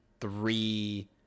three